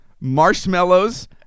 marshmallows